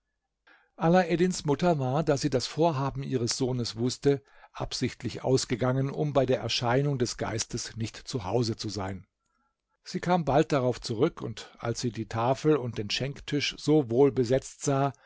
alaeddins mutter war da sie das vorhaben ihres sohnes wußte absichtlich ausgegangen um bei der erscheinung des geistes nicht zu hause zu sein sie kam bald darauf zurück und als sie die tafel und den schenktisch so wohl besetzt sah